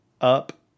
Up